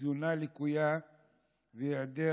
תזונה לקויה והיעדר